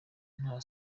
nta